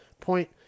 point